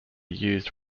used